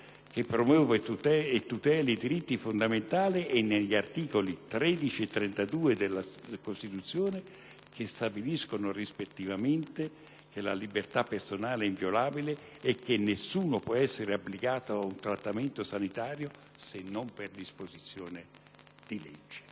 che promuove e tutela i diritti fondamentali, e negli articoli 13 e 32 della Costituzione, che stabiliscono rispettivamente che la libertà personale è inviolabile e che nessuno può essere obbligato a un trattamento sanitario se non per disposizione di legge.